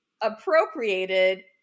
appropriated